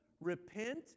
repent